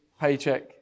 paycheck